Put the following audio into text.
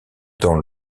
dans